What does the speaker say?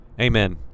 Amen